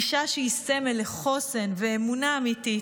אישה שהיא סמל לחוסן ואמונה אמיתית,